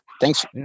Thanks